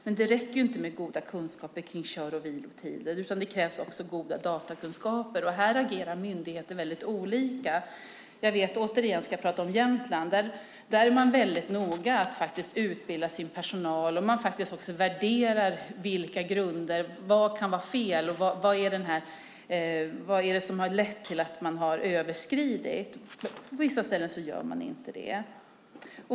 Men det räcker inte med goda kunskaper om kör och vilotider. Det krävs också goda datakunskaper. Här agerar myndigheter väldigt olika. För att återigen tala om Jämtland kan jag säga att man där är väldigt noga med att utbilda sin personal. Man värderar grunderna och ser till vad som kan vara fel och vad det är som lett till att man har överskridit gränser. På vissa ställen görs inte det.